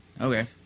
Okay